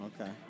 Okay